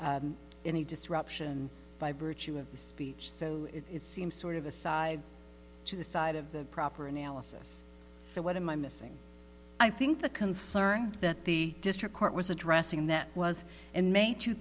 any disruption by virtue of the speech so it seems sort of a side to the side of the proper analysis so what am i missing i think the concern that the district court was addressing that was in may two